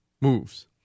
moves